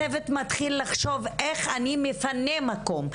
הצוות מתחיל לחשוב איך לפנות מקום,